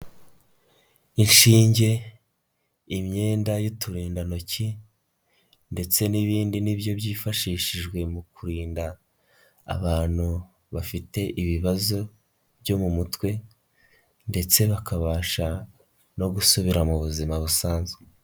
Inshinge, imyenda y'uturindantoki ndetse n'ibindi nibyo byifashishijwe mu kurinda abantu bafite ibibazo byo mu mutwe ndetse bakabasha no gusubira mu buzima busanzwe.